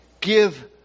Give